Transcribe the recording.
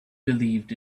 believed